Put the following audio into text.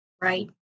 right